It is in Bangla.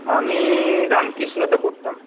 আমি রামকৃষ্ণতে পড়তাম